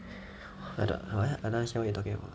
I don't I don't understand what you're talking about